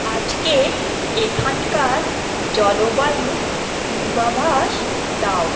আজকের এখানকার জলবায়ুর পূর্বাভাস দাও